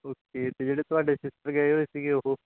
okay ਅਤੇ ਜਿਹੜੇ ਤੁਹਾਡੇ ਸਿਸਟਰ ਗਏ ਹੋਏ ਸੀਗੇ ਉਹ